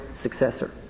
successor